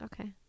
Okay